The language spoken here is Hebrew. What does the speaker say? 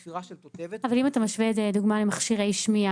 תפירה של תותבת --- (אומרת דברים בשפת הסימנים,